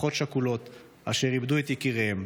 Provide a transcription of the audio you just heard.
משפחות שכולות אשר איבדו את יקיריהן,